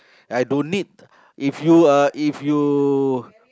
I don't need if you uh if you